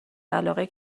علاقهای